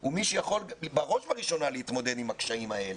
הוא מי שיכול בראש ובראשונה להתמודד עם הקשיים האלה,